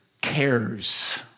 cares